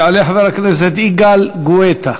יעלה חבר הכנסת יגאל גואטה,